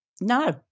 no